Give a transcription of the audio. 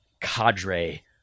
cadre